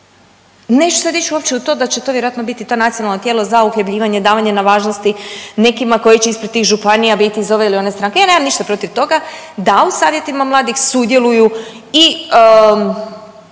Neću sad ići uopće u to da će to vjerojatno biti to nacionalno tijelo za uhljebljivanje, davanje na važnosti nekima koji će ispred tih županija biti iz ove ili one stranke. Ja nemam ništa protiv toga da u savjetima mladih sudjeluju i